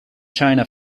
china